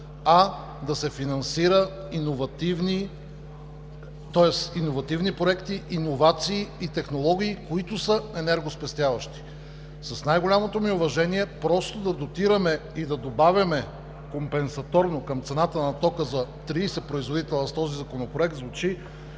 а да се финансират иновативни проекти, иновации и технологии, които са енергоспестяващи. С най-голямото ми уважение, просто да дотираме и да добавяме компенсаторно към цената на тока за 30 производителя, с този законопроект звучи